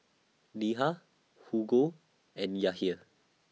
Neha Hugo and Yahir